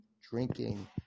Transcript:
drinking